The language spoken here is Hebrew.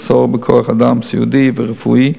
מחסור בכוח-אדם סיעודי ורפואי,